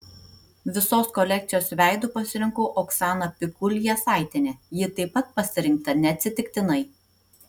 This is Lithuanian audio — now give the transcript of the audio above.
visos kolekcijos veidu pasirinkau oksaną pikul jasaitienę ji taip pat pasirinkta neatsitiktinai